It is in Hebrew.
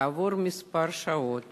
כעבור כמה שעות